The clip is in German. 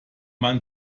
man